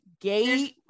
Gay